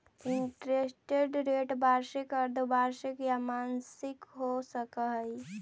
interest rate वार्षिक, अर्द्धवार्षिक या मासिक हो सकऽ हई